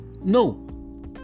No